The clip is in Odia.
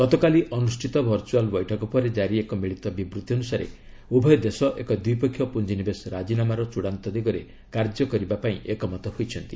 ଗତକାଲି ଅନୁଷ୍ଠିତ ଭର୍ଚୁଆଲ ବୈଠକ ପରେ ଜାରି ଏକ ମିଳିତ ବିବୃତ୍ତି ଅନୁସାରେ ଉଭୟ ଦେଶ ଏକ ଦ୍ୱିପକ୍ଷୀୟ ପୁଞ୍ଜିନିବେଶ ରାଜିନାମାର ଚୂଡାନ୍ତ ଦିଗରେ କାର୍ଯ୍ୟ କରିବାକୁ ଏକମତ ହୋଇଛନ୍ତି